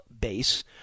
base